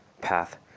path